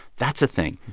that's a thing.